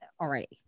already